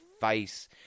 face